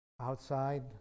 outside